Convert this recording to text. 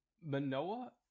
Manoa